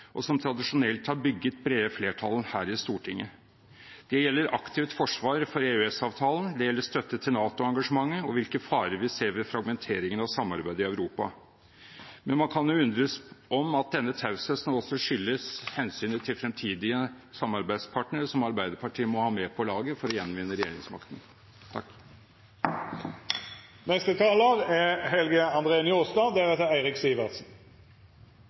og som tradisjonelt har bygget brede flertall her i Stortinget. Det gjelder aktivt forsvar for EØS-avtalen, det gjelder støtte til NATO-engasjementet og hvilke farer vi ser ved fragmenteringen av samarbeidet i Europa. Men man kan undre seg over om denne tausheten også skyldes hensynet til fremtidige samarbeidspartnere som Arbeiderpartiet må ha med på laget for å gjenvinne regjeringsmakten.